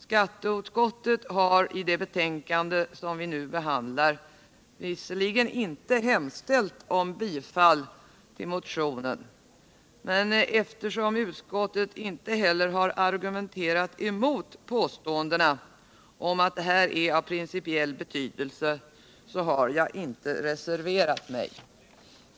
Skatteutskottet har i det betänkande vi nu behandlar visserligen inte hemställt om bifall till motionen, men eftersom utskottet inte heller har argumenterat emot påståendena om att det här är av principiell betydelse, har jag inte reserverat mig.